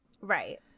Right